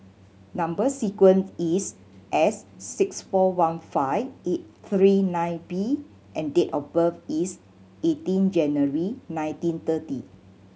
number sequence is S six four one five eight three nine B and date of birth is eighteen January nineteen thirty